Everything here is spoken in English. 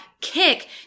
kick